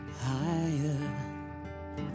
higher